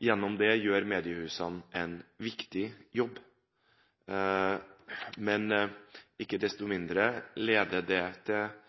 Gjennom det gjør mediehusene en viktig jobb. Ikke desto mindre leder det til